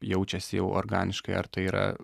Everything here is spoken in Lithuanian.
jaučiasi jau organiškai ar tai yra